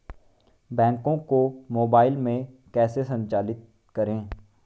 Bank को mobile में कैसे संचालित करें?